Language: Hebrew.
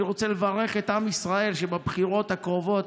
אני רוצה לברך את עם ישראל שבבחירות הקרובות,